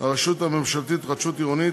הרשות הממשלתית להתחדשות עירונית,